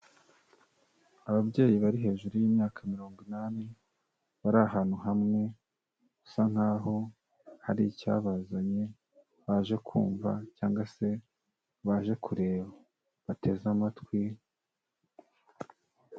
Ababyeyi bari hejuru y'imyaka mirongo inani, bari ahantu hamwe bisa nkaho hari icyabazanye baje kumva cyangwa se baje kureba bateze amatwi.